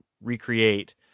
recreate